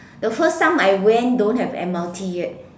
the first time I went don't have m_r_t yet